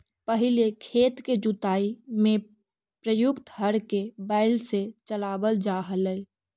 पहिले खेत के जुताई में प्रयुक्त हर के बैल से चलावल जा हलइ